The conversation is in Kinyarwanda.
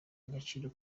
agaciro